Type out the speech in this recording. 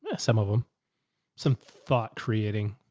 um some of them some thought creating.